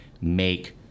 make